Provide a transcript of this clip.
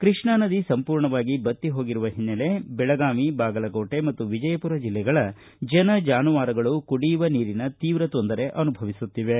ಕೃಷ್ಣಾ ನದಿ ಸಂಪೂರ್ಣವಾಗಿ ಬತ್ತಿ ಹೋಗಿರುವ ಹಿನ್ನೆಲೆ ಬೆಳಗಾವಿ ಬಾಗಲಕೋಟೆ ಮತ್ತು ವಿಜಯಪೂರ ಜಿಲ್ಲೆಗಳ ಜನ ಜಾನುವಾರುಗಳು ಕುಡಿಯುವ ನೀರಿನ ತೀವ್ರ ತೊಂದರೆ ಅನುಭವಿಸುತ್ತಿವೆ